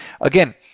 Again